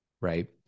right